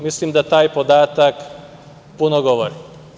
Mislim da taj podatak puno govori.